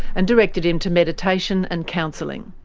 and directed him to meditation and counselling.